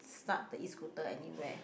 start the E-Scooter anywhere